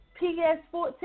PS-14